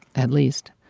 at least,